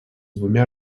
двумя